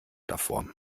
davor